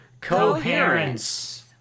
Coherence